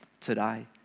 today